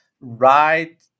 right